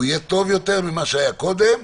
הוא יהיה טוב יותר ממה שהיה קודם.